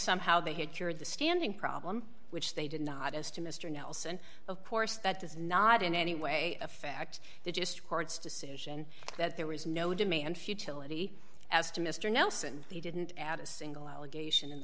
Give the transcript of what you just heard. somehow they had cured the standing problem which they did not as to mr nelson of course that does not in any way affect the just court's decision that there was no demand futility as to mr nelson they didn't add a single allegation